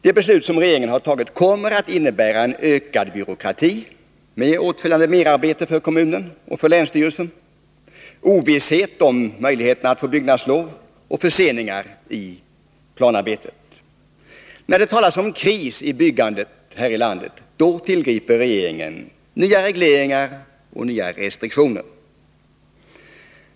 Det beslut som regeringen har fattat kommer att innebära ökad byråkrati, med åtföljande merarbete för kommunen och länsstyrelsen, ovisshet om möjligheterna att få byggnadslov och förseningar i planarbetet. När det talas om kris för byggandet här i landet, då tillgriper regeringen nya regleringar och restriktioner.